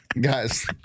Guys